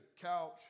couch